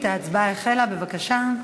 ההצבעה החלה, בבקשה.